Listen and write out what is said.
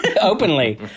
Openly